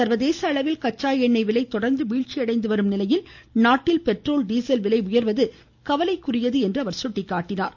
சா்வதேச அளவில் கச்சா எண்ணெய் விலை தொடா்ந்து வீழ்ச்சி அடைந்து வரும் நிலையில் நாட்டில் பெட்ரோல் டீசல் விலை உயர்வது கவலைக்குரியது என்றார்